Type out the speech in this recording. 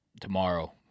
tomorrow